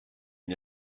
n’y